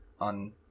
on